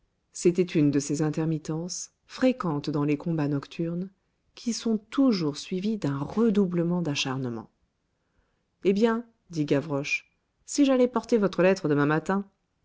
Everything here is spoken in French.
c'était une de ces intermittences fréquentes dans les combats nocturnes qui sont toujours suivies d'un redoublement d'acharnement eh bien dit gavroche si j'allais porter votre lettre demain matin